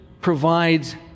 provides